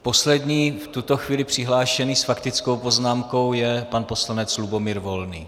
Poslední v tuto chvíli přihlášený s faktickou poznámkou je pan poslanec Lubomír Volný.